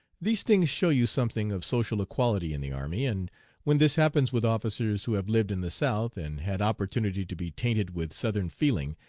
these things show you something of social equality in the army, and when this happens with officers who have lived in the south, and had opportunity to be tainted with southern feeling,